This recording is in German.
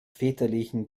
väterlichen